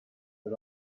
but